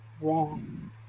wrong